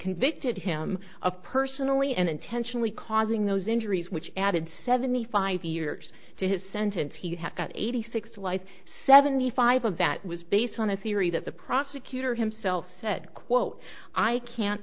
convicted him of personally and intentionally causing those injuries which added seventy five years to his sentence he could have got eighty six life seventy five of that was based on a theory that the prosecutor himself said quote i can't